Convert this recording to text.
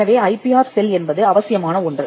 எனவே I P R cell என்பது அவசியமான ஒன்று